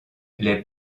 les